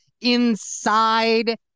inside